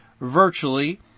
virtually